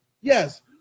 Yes